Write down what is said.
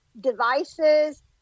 devices